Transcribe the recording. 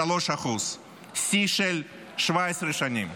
שיא של 17 שנים.